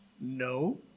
No